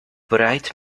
bright